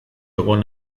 egon